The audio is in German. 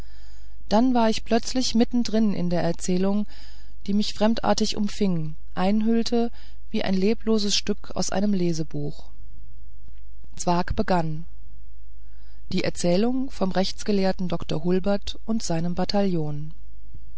dann war ich plötzlich mitten drin in der erzählung die mich fremdartig umfing einhüllte wie ein lebloses stück aus einem lesebuch zwakh begann die erzählung vom rechtsgelehrten dr hulbert und seinem bataillon